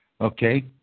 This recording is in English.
Okay